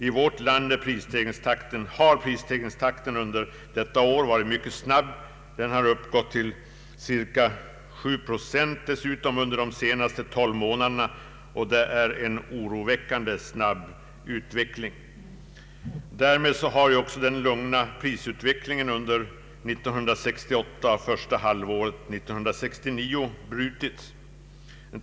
I vårt land är prisstegringstakten mycket snabb; cirka 7 procent under de senaste tolv månaderna är en oroväckande snabb uppgång. Därmed har den lugna prisutvecklingen under 1968 och första halvåret 1969 brutits.